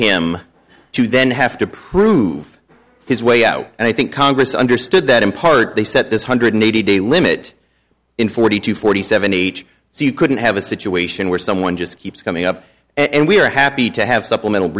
him to then have to prove his way out and i think congress understood that in part they set this hundred eighty day limit in forty to forty seven each so you couldn't have a situation where someone just keeps coming up and we are happy to have supplemental